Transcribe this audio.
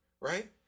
Right